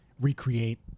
recreate